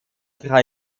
drei